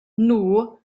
nhw